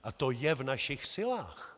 A to je v našich silách.